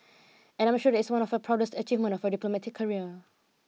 and I'm sure that is one of your proudest achievements of your diplomatic career